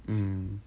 mm